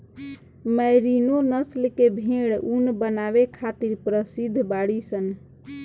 merino नस्ल के भेड़ ऊन बनावे खातिर प्रसिद्ध बाड़ीसन